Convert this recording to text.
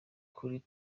kuri